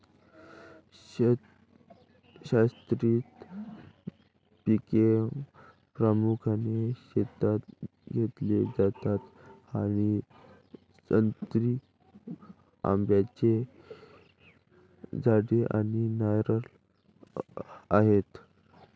शाश्वत पिके प्रामुख्याने शेतात घेतली जातात आणि संत्री, आंब्याची झाडे आणि नारळ आहेत